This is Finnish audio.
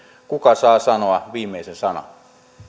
kuka saa sanoa viimeisen sanan